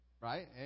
right